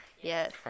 Yes